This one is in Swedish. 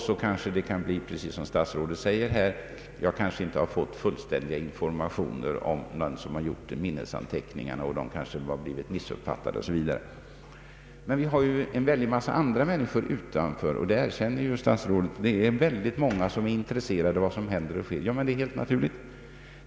Då kan det kanske bli precis som statsrådet säger här, att man inte har fått fullständiga informationer av den som har gjort minnesanteckningarna, att de kan ha blivit missuppfattade o.s.v. Men vi har en stor mängd andra människor utanför, ock det erkänner statsrådet. Det är många som är intresserade av vad som händer och sker, och det är helt naturligt.